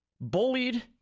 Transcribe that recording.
bullied